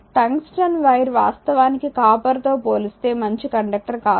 tungsten wire వాస్తవానికి copper తో పోలిస్తే మంచి కండక్టర్ కాదు